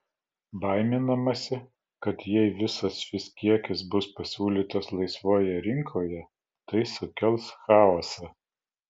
baiminamasi kad jei visas šis kiekis bus pasiūlytas laisvoje rinkoje tai sukels chaosą